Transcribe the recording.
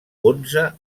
onze